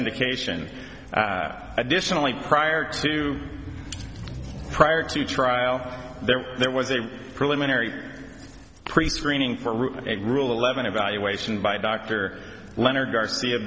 indication additionally prior to prior to trial there there was a preliminary prescreening for a rule eleven evaluation by dr leonard garcia